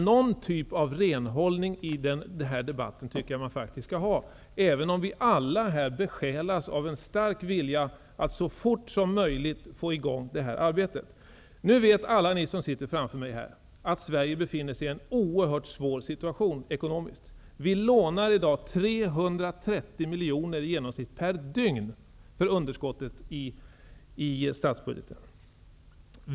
Någon typ av renhållning i den här debatten tycker jag faktiskt att man skall ha, även om vi alla här besjälas av en stark vilja att så fort som möjligt få i gång det här arbetet. Nu vet alla ni som sitter framför mig här att Sverige befinner sig i en oerhört svår situation ekonomiskt sett. Vi lånar nu i genomsnitt 330 miljoner per dygn för underskottet i statsbudgeten.